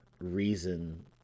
reason